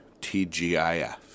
TGIF